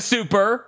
Super